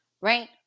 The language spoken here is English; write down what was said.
right